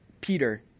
Peter